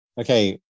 Okay